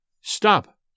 Stop